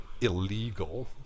illegal